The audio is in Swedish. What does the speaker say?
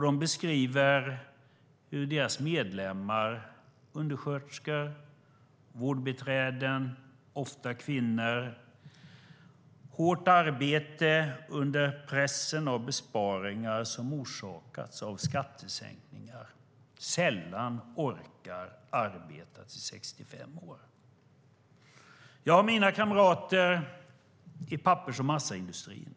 De beskriver hur deras medlemmar, undersköterskor och vårdbiträden, ofta kvinnor, i hårt arbete under pressen av besparingar som orsakats av skattesänkningar sällan orkar arbeta tills de är 65 år. Jag har mina kamrater i pappers och massaindustrin.